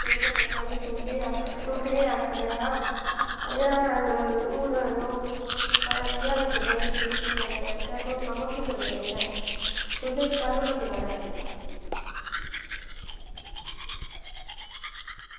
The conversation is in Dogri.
ते फिर सोचेआ महां तुसेंगी तुसेंगी आखने आं बा हून यरो पता निं इ'यां लग्गा दा कि किन्ने बजे जाचै तुस सनाओ किन्ने बजे जाचै अस तुसेंगी कैह्लू लग्गना टाईम